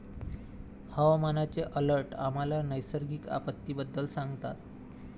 हवामानाचे अलर्ट आम्हाला नैसर्गिक आपत्तींबद्दल सांगतात